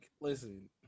listen